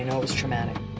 you know was traumatic,